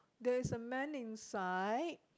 there is a man inside